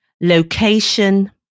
location